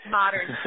modern